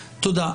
תודה.